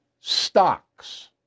Stocks